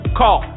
call